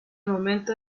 momento